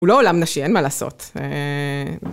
הוא לא עולם נשי, אין מה לעשות...